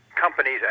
companies